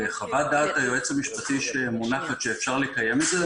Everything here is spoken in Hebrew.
וחוות דעת היועץ המשפטי שמונחת שאפשר לקיים את זה,